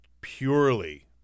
purely